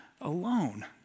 alone